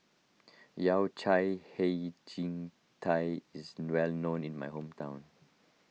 Yao Cai Hei Ji Tang is well known in my hometown